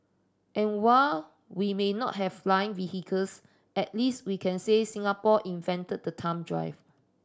and while we may not have flying at least we can say Singapore invented the thumb drive